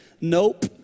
Nope